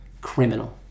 Criminal